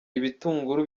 ibitunguru